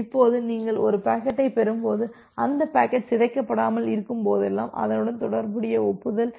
இப்போது நீங்கள் ஒரு பாக்கெட்டைப் பெறும்போது அந்த பாக்கெட் சிதைக்கப்படாமல் இருக்கும்போதெல்லாம் அதனுடன் தொடர்புடைய ஒப்புதல்